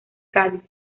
cádiz